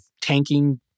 tanking